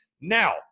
Now